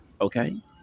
Okay